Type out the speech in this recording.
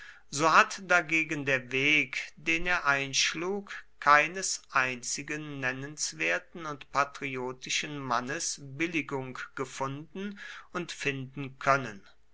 so hat dagegen der weg den er einschlug keines einzigen nennenswerten und patriotischen mannes billigung gefunden und finden können